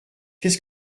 qu’est